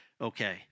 Okay